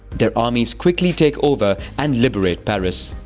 their armies quickly take over and liberate paris.